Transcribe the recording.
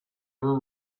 were